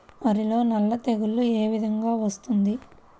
వరిలో సల్ల తెగులు ఏ విధంగా వస్తుంది?